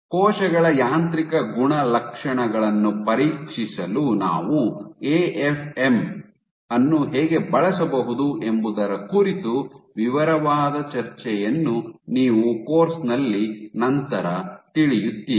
ಕೋಶಗಳ ಯಾಂತ್ರಿಕ ಗುಣಲಕ್ಷಣಗಳನ್ನು ಪರೀಕ್ಷಿಸಲು ನಾವು ಎಎಫ್ಎಂ ಅನ್ನು ಹೇಗೆ ಬಳಸಬಹುದು ಎಂಬುದರ ಕುರಿತು ವಿವರವಾದ ಚರ್ಚೆಯನ್ನು ನೀವು ಕೋರ್ಸ್ನಲ್ಲಿ ನಂತರ ತಿಳಿಯುತ್ತೀರಿ